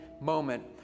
moment